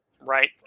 right